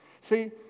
See